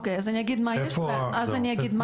אגיד מה יש ואז אגיד מה אין.